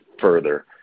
further